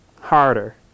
harder